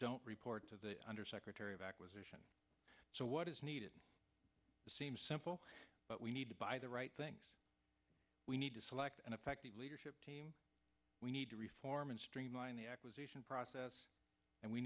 don't report to the undersecretary of acquisition so what is needed seems simple but we need to buy the right things we need to select an effective leadership team we need to reform and streamline the acquisition process and we